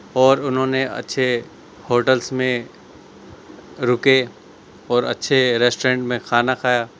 اور انہوں نے اچھے ہوٹلس میں رکے اور اچھے ریسٹورینٹ میں کھانا کھایا